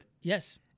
Yes